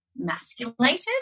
masculated